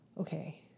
okay